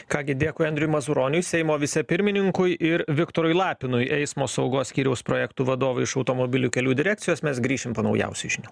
ką gi dėkui andriui mazuroniui seimo vicepirmininkui ir viktorui lapinui eismo saugos skyriaus projektų vadovui iš automobilių kelių direkcijos mes grįšim po naujausių žinių